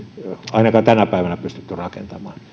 ainakaan tänä päivänä pystytty rakentamaan